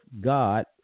God